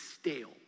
stale